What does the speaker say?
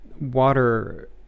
water